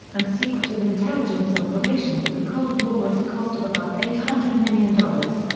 and secretive intelligence operations of the cold war at a cost of about eight hundred million dollars.